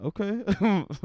Okay